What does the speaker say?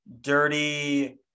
dirty